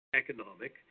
economic